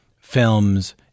films